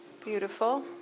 Beautiful